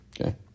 Okay